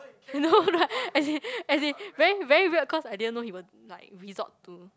no right as in as in very very weird cause I didn't know he would like resort to